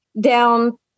down